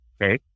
Okay